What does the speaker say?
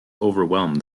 overwhelmed